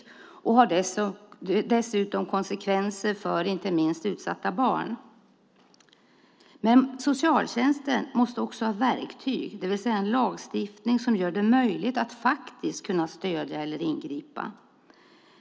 Dessutom har det konsekvenser inte minst för utsatta barn. Socialtjänsten måste också ha verktyg, det vill säga en lagstiftning som gör det möjligt att faktiskt stödja och ingripa.